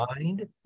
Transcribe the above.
mind